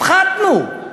הפחתנו.